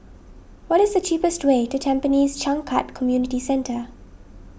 what is the cheapest way to Tampines Changkat Community Centre